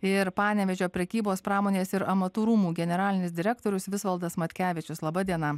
ir panevėžio prekybos pramonės ir amatų rūmų generalinis direktorius visvaldas matkevičius laba diena